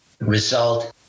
result